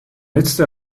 letzte